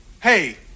Hey